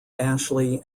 ashley